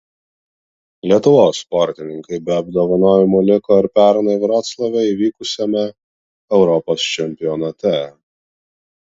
lietuvos sportininkai be apdovanojimų liko ir pernai vroclave įvykusiame europos čempionate